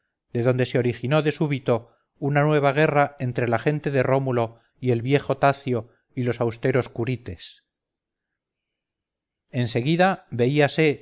de donde se originó de súbito una nueva guerra entre la gente de rómulo y el viejo tacio y los austeros curites en seguida veíase